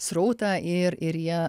srautą ir ir jie